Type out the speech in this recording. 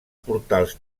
portals